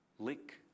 Lick